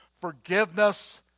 Forgiveness